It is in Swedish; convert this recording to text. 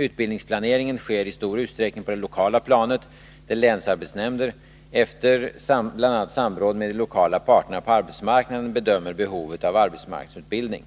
Utbildningsplaneringen sker i stor utsträckning på det lokala planet, där länsarbetsnämnder — efter bl.a. samråd med de lokala parterna på arbetsmarknaden — bedömer behovet av arbetsmarknadsutbildning.